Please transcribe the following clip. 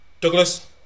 Douglas